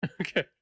Okay